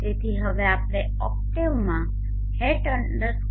તેથી હવે આપણે ઓક્ટેવમાં hat estimate